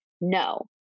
No